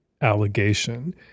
allegation